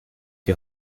die